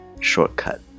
Shortcut